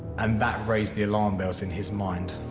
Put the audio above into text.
and that raised the alarm bells in his mind.